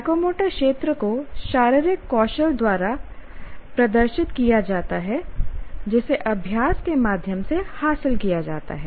psychomotor क्षेत्र को शारीरिक कौशल द्वारा प्रदर्शित किया जाता है जिसे अभ्यास के माध्यम से हासिल किया जाता है